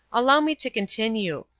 allow me to continue.